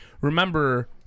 remember